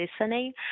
listening